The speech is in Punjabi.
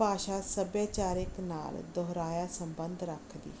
ਭਾਸ਼ਾ ਸੱਭਿਆਚਾਰਕ ਨਾਲ ਦੋਹਰਾਇਆ ਸੰਬੰਧ ਰੱਖਦੀ ਹੈ